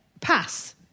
pass